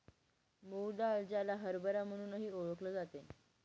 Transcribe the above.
मूग डाळ, ज्याला हरभरा म्हणूनही ओळखले जाते